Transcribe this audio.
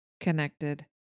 connected